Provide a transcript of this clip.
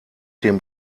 dem